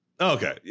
Okay